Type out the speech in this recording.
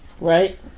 Right